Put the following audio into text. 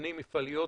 פנים מפעליות,